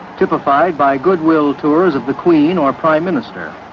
typified by goodwill tours of the queen or prime minister.